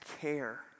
care